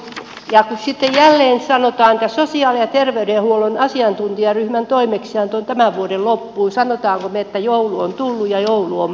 ja kun sitten jälleen sanotaan että sosiaali ja terveydenhuollon asiantuntijaryhmän toimeksianto on tämän vuoden loppuun niin sanommeko me että joulu on tullut ja joulu on mennyt